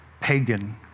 pagan